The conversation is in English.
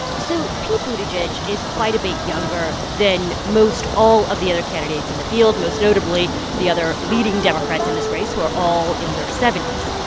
so pete buttigieg is quite a bit younger than most all of the other candidates in the field, most notably the other leading democrats in this race, who are all in their seventy s.